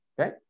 okay